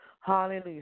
Hallelujah